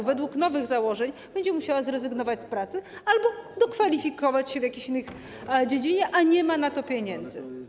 Według nowych założeń będzie musiała zrezygnować z pracy albo wykwalifikować się w jakichś innych dziedzinach, a nie ma na to pieniędzy.